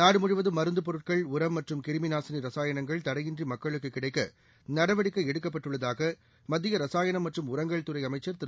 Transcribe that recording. நாடு முழுவதும் மருந்துப் பொருட்கள் உரம் மற்றும் கிருமி நாசினி ரசாயனங்கள் தடையின்றி மக்களுக்கு கிடைக்க நடவடிக்கை எடுக்கப்பட்டுள்ளதாக மத்திய ரசாயனம் மற்றும் உரங்கள் துறை அமைச்சர் திரு